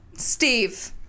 Steve